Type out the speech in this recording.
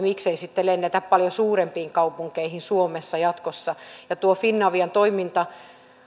miksei sitten lennetä paljon suurempiin kaupunkeihin suomessa jatkossa ja tuo finavian toiminta